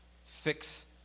Fix